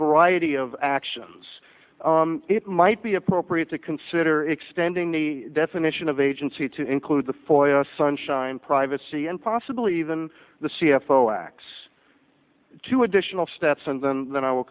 variety of actions it might be appropriate to consider extending the definition of agency to include the foyer sunshine privacy and possibly even the c f o acts two additional steps and then then i will